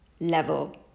level